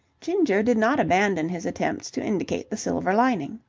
ginger did not abandon his attempts to indicate the silver lining.